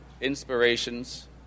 inspirations